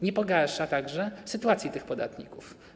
Nie pogarsza także sytuacji tych podatników.